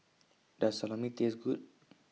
Does Salami Taste Good